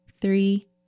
three